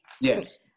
Yes